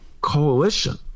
coalition